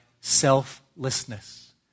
selflessness